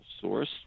source